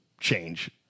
change